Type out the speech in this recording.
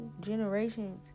generation's